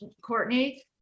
courtney